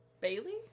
bailey